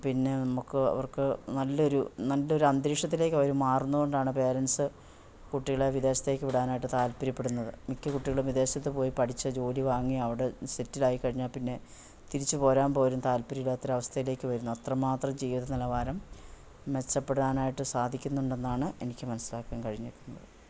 പിന്നെ നമുക്ക് അവർക്ക് നല്ല ഒരു നല്ല ഒരു അന്തരീക്ഷത്തിലേക്ക് അവർ മാറുന്നത് കൊണ്ടാണ് പോരൻറ്റ്സ് കുട്ടികളെ വിദേശത്തേക്ക് വിടാനായിട്ട് താല്പര്യപ്പെടുന്നത് മിക്ക കുട്ടികളും വിദേശത്ത് പോയി പഠിച്ചു ജോലി വാങ്ങി അവിടെ സെറ്റിലായി കഴിഞ്ഞാൽ പിന്നെ തിരിച്ചു പോരാൻ പോരും താല്പര്യമില്ലാത്ത ഒരു അവസ്ഥയിലേക്ക് വരുന്നു അത്ര മാത്രം ജീവിത നിലവാരം മെച്ചപ്പെടാനായിട്ട് സാധിക്കുന്നുണ്ടെന്നാണ് എനിക്ക് മനസ്സിലാക്കാൻ കഴിഞ്ഞിരിക്കുന്നത്